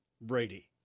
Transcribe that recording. Brady